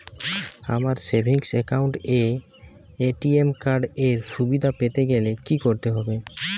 আমার savings account এ ATM card এর সুবিধা পেতে গেলে কি করতে হবে?